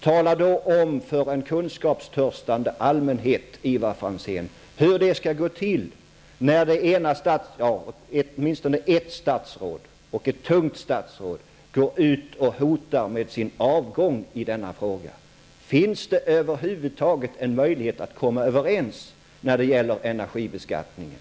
Tala då om för en kunskapstörstande allmänhet, Ivar Franzén, hur det skall gå till när åtminstone ett tungt statsråd hotar med sin avgång i samband med denna fråga! Finns det över huvud taget en möjlighet att komma överens när det gäller energibeskattningen?